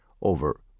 over